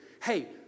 Hey